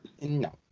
No